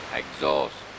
exhaust